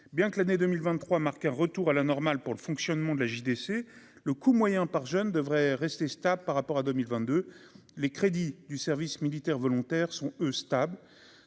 bien que l'année 2023 marque un retour à la normale pour le fonctionnement de la JDC le coût moyen par jeune devrait rester stable par rapport à 2022, les crédits du service militaire volontaire sont eux stable